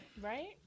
right